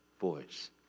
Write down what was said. voice